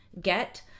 get